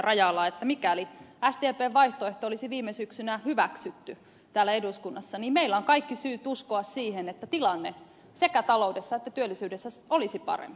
rajala että mikäli sdpn vaihtoehto olisi viime syksynä hyväksytty täällä eduskunnassa meillä on kaikki syyt uskoa siihen että tilanne sekä taloudessa että työllisyydessä olisi parempi